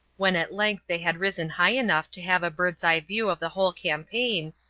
when at length they had risen high enough to have a bird's-eye view of the whole campaign,